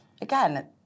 again